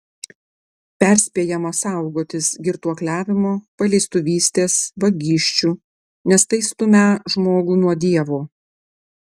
perspėjama saugotis girtuokliavimo paleistuvystės vagysčių nes tai stumią žmogų nuo dievo